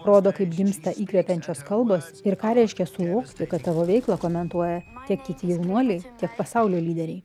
rodo kaip gimsta įkvepiančios kalbos ir ką reiškia suvokti kad tavo veiklą komentuoja tiek kiti jaunuoliai tiek pasaulio lyderiai